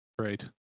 Right